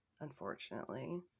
unfortunately